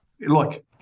look